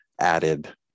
added